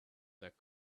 that